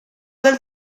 del